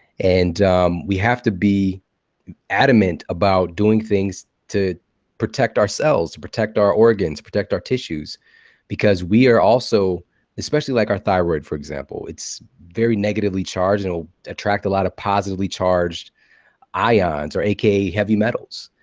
and we have to be adamant about doing things to protect ourselves, protect our organs, protect our tissues because we are also especially like our thyroid, for example. it's very negatively charged, and it'll attract a lot of positively charged ions or aka heavy metals.